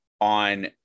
on